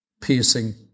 piercing